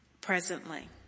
presently